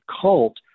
cult